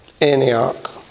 Antioch